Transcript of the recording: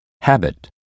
Habit